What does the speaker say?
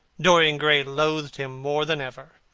dorian gray loathed him more than ever.